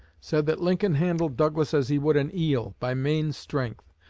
said that lincoln handled douglas as he would an eel by main strength.